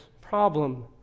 problem